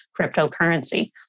cryptocurrency